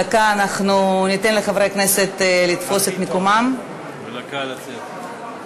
דקה אנחנו ניתן לחברי הכנסת לתפוס את מקומם או לצאת.